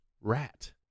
Rat